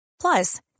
Plus